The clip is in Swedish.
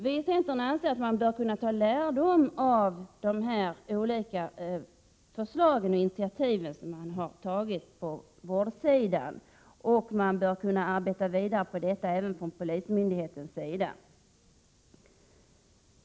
Vi i centern anser att man bör kunna dra lärdom av dessa förslag och initiativ som tagits på vårdsidan, så att polismyndigheten kan arbeta vidare med detta.